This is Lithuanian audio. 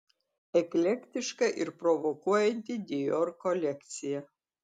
eklektiška ir provokuojanti dior kolekcija